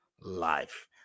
life